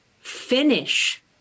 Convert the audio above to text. finish